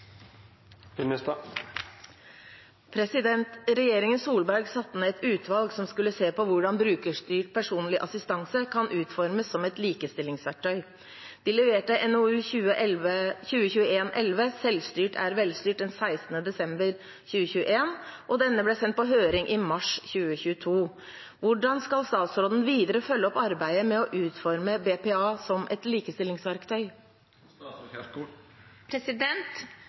Solberg satte ned et utvalg som skulle se på hvordan BPA kan utformes som et likestillingsverktøy. Utvalget leverte NOU 2021: 11 Selvstyrt er velstyrt den 16. desember 2021. Denne ble sendt på høring i mars 2022. Hvordan skal statsråden videre følge opp arbeidet med å utforme BPA som et likestillingsverktøy?»